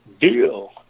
Deal